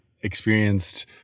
experienced